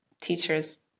teachers